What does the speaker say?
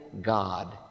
God